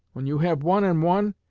when you have one and one,